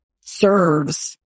serves